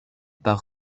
par